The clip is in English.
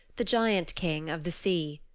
the giant king of the sea.